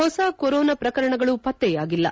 ಹೊಸ ಕೊರೋನಾ ಪ್ರಕರಣಗಳು ಪತ್ತೆಯಾಗಿಲ್ಲ